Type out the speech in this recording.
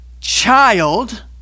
child